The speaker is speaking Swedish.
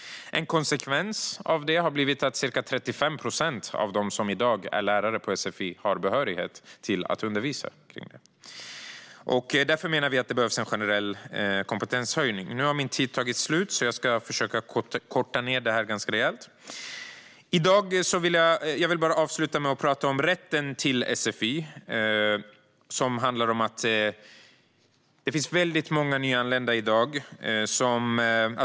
En konsekvens av det är att ca 35 procent av dem som i dag är lärare på sfi har behörighet att undervisa. Därför menar vi att det behövs en generell kompetenshöjning. Min talartid har nu tagit slut, så jag ska försöka korta ned anförandet ganska rejält. Jag vill avsluta med att tala om rätten till sfi.